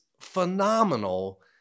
phenomenal